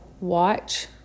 watch